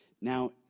Now